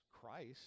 Christ